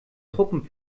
truppen